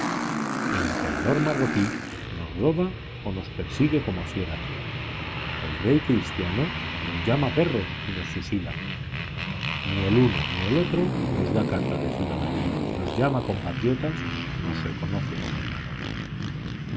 el emperador marroquí nos roba o nos persigue como a fieras el rey cristiano nos llama perros y nos fusila ni el uno ni el otro nos da carta de ciudadanía nos llama compatriotas nos reconoce como hermanos